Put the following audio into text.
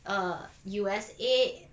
err U_S_A